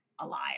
alive